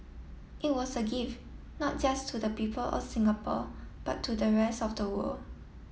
it was a gift not just to the people of Singapore but to the rest of the world